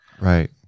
Right